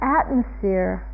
atmosphere